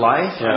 Life